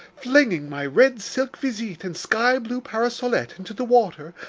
flinging my red silk visite and sky-blue parasolette into the water,